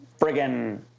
friggin